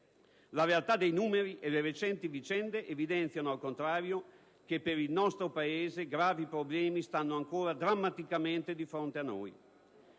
La realtà dei numeri e le recenti vicende evidenziano, al contrario, che per il nostro Paese gravi problemi stanno ancora drammaticamente di fronte a noi.